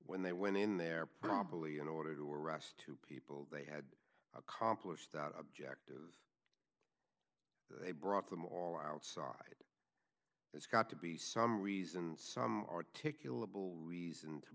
when they went in there probably in order to arrest two people they had accomplished that objective they brought them all outside it's got to be some reason some articulable reason to